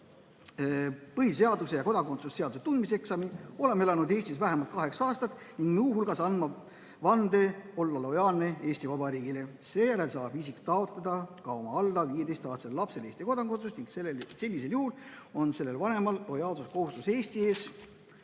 põhiseaduse ja kodakondsuse seaduse tundmise eksami, olema elanud Eestis vähemalt kaheksa aastat ja muu hulgas andma vande olla lojaalne Eesti Vabariigile. Seejärel saab isik taotleda ka oma alla 15-aastasele lapsele Eesti kodakondsust. Sellisel juhul on sellel vanemal lojaalsuskohustus Eesti ees